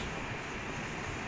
ya